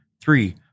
three